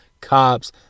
cops